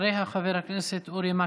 אחריה, חבר הכנסת אורי מקלב.